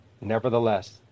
nevertheless